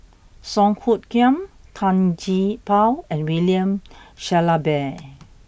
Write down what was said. Song Hoot Kiam Tan Gee Paw and William Shellabear